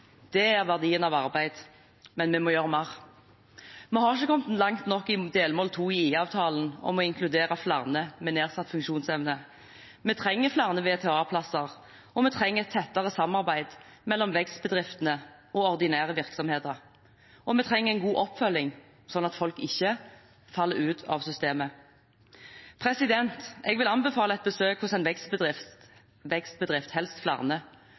Det er verdien av arbeid – men vi må gjøre mer. Vi har ikke kommet langt nok med delmål 2 i IA-avtalen om å inkludere flere med nedsatt funksjonsevne. Vi trenger flere VTA-plasser, vi trenger et tettere samarbeid mellom vekstbedrifter og ordinære virksomheter, og vi trenger en god oppfølging, slik at folk ikke faller ut av systemet. Jeg vil anbefale et besøk hos en vekstbedrift, helst flere,